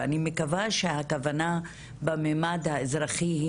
ואני מקווה שהכוונה במימד האזרחי היא